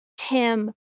Tim